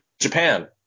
Japan